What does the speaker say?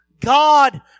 God